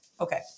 Okay